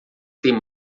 têm